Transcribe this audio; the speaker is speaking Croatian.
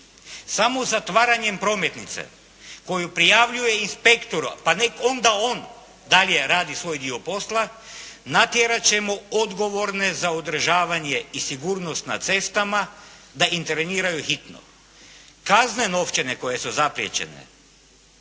Samo zatvaranjem prometnice koju prijavljuje inspektoru, pa nek onda on dalje radi svoj dio posla natjerat ćemo odgovorne za održavanje i sigurnost na cestama da interveniraju hitno. Kazne novčane koje su zapriječene,